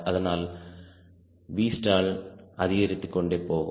அதனால்Vstall அதிகரித்துக்கொண்டே போகும்